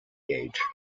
gauge